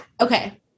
Okay